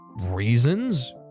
reasons